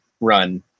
run